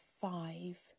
five